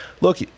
look